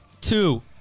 Two